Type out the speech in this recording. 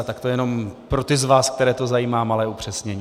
Tak to jenom pro ty z vás, které to zajímá, malé upřesnění.